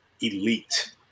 elite